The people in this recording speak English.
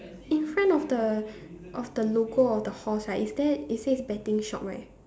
in front of the of the logo of the horse right is there it says betting shop right